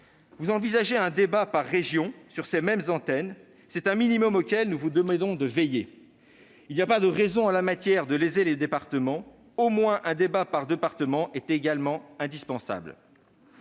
Vous envisagez un débat par région sur ces mêmes antennes. C'est un minimum auquel nous vous demandons de veiller. Il n'y a pas de raison en la matière de léser les départements : il est nécessaire d'organiser au moins un